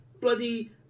bloody